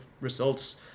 results